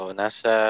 nasa